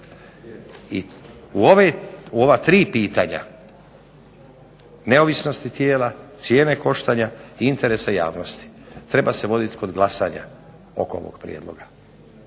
I u ova tri pitanja neovisnosti tijela, cijene koštanja i interesa javnosti treba se vodit kod glasanja oko ovog prijedloga.